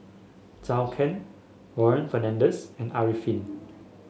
Zhou Can Warren Fernandez and Arifin